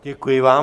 Děkuji vám.